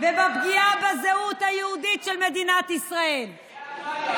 ופגיעה בזהות היהודית של מדינת ישראל.